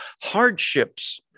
hardships